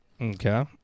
Okay